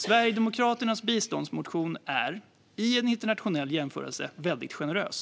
Sverigedemokraternas biståndsmotion är i en internationell jämförelse väldigt generös.